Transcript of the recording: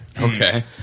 Okay